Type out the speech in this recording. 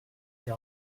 des